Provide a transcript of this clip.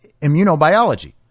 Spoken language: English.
immunobiology